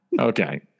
Okay